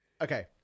okay